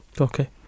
Okay